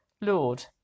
Lord